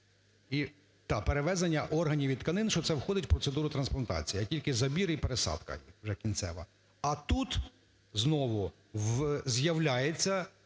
"перевезення органів і тканин", що це входить в процедуру трансплантації, а тільки забір і пересадка уже кінцева. А тут знову з'являється